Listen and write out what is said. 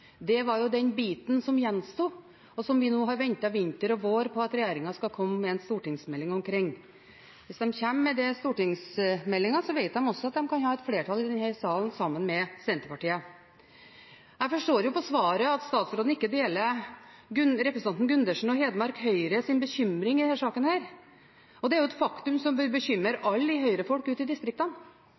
Det var jo den biten som gjensto, og som vi nå har ventet vinter og vår på at regjeringen skulle komme med en stortingsmelding om. Hvis de kommer med den stortingsmeldingen, vet de også at de kan ha et flertall i denne salen sammen med Senterpartiet. Jeg forstår på svaret at statsråden ikke deler representanten Gundersens og Hedmark Høyres bekymring i denne saken, og det er et faktum som bør bekymre alle Høyre-folk ute i distriktene.